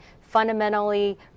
fundamentally